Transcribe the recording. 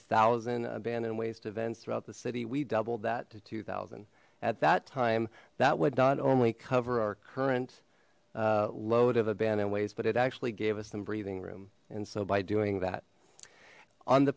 thousand abandoned waste events throughout the city we doubled that to two thousand at that time that would not only cover our current load of abandoned ways but it actually gave us some breathing room and so by doing that on the